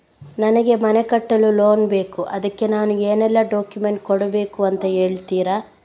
ನನಗೆ ಮನೆ ಕಟ್ಟಲು ಲೋನ್ ಬೇಕು ಅದ್ಕೆ ನಾನು ಏನೆಲ್ಲ ಡಾಕ್ಯುಮೆಂಟ್ ಕೊಡ್ಬೇಕು ಅಂತ ಹೇಳ್ತೀರಾ?